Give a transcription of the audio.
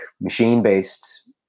machine-based